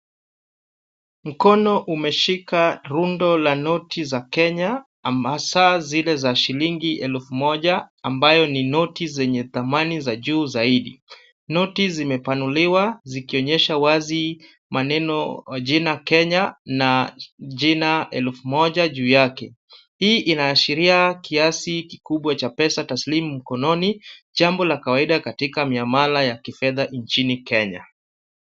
Mkono umeshika rundo la noti za Kenya hasa zile za shilingi elfu moja ambayo ni noti zenye thamani za juu zaidi. Noti zimepanuliwa zikionyesha wazi maneno wa jina Kenya na jina elfu moja juu yake. Hii inaashiria kiasi kikubwa cha pesa taslimu mkononi jambo la kawaida katika miamala ya kifedha nchini Kenya.